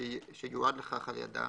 שיועד לכך על ידה